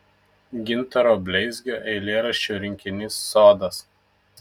gintaro bleizgio eilėraščių rinkinys sodas